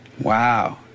Wow